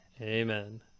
amen